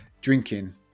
Drinking